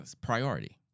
priority